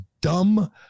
dumb